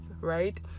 right